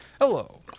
Hello